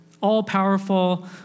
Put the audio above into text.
all-powerful